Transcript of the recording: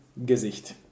Gesicht